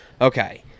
okay